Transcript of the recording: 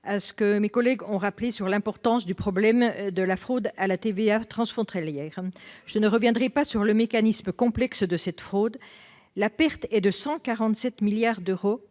à ce qui a été dit sur l'importance du problème de fraude à la TVA transfrontalière. Je ne reviendrai pas sur le mécanisme complexe de cette fraude. La perte est de 147 milliards d'euros